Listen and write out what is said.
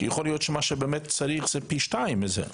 כי יכול להיות שמה שצריך זה פי שניים מזה.